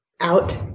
out